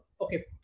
okay